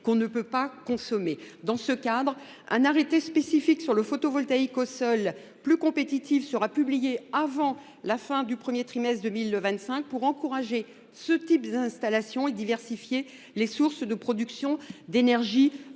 l’on ne peut pas consommer. Dans ce cadre, un arrêté spécifique sur le photovoltaïque au sol plus compétitif sera publié avant la fin du premier trimestre de 2025, afin d’encourager ce type d’installations et de diversifier les sources de production d’énergies